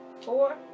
Four